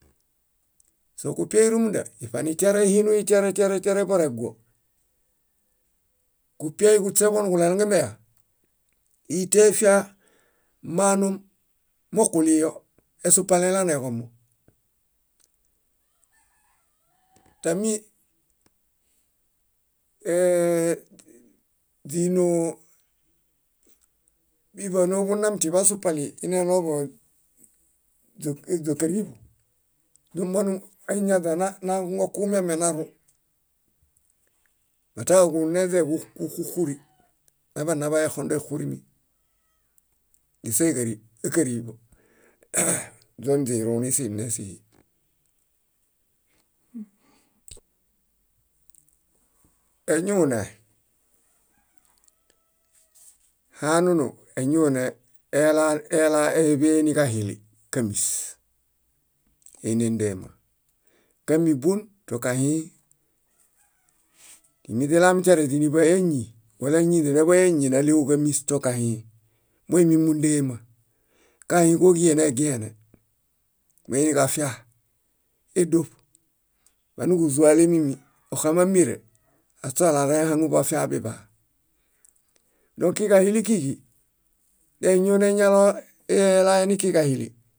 . Sokupia rúmunda, iṗanitiarehinui tiare tiare tiare toreguo, kupiai kuśeḃuġo niġulerongemeya, íi toefia manu mokuliyo, esupalĩ elaneġomo. Tami ee- źínoo, bíḃanooḃunami tiḃasupalĩ ineɭoḃo źókariḃu źimanu añaźanangoku miame narũ mata kuneźe kúxuxuri naḃanenaḃaye exondo éxurimi: źíse- káriḃo, źoniźirũ nisine síhi. Eñune hanunu eñune ela ela éḃe niġahili kámis: eini éndema. Kámis bón? Tokahĩĩ. Timiźilamitiare źiniḃay áñi, wala áñinźe naḃay áñi, náɭeġuġamis tokahĩĩ, moimi múndema. Kahĩĩ kóġie negiene: moiġafia édoṗ. Bániġuzualemími óxamamire, aśo alarehaŋubafia biḃa. Dõkiġahili kíġi, deñune eñaloelae nikiġahili